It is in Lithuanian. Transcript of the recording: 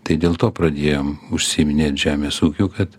tai dėl to pradėjom užsiiminėt žemės ūkiu kad